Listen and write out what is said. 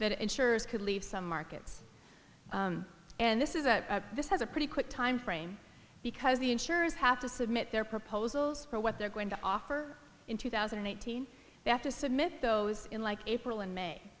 that insurers could leave some markets and this is a this has a pretty quick timeframe because the insurers have to submit their proposals for what they're going to offer in two thousand and eighteen they have to submit those in like april and may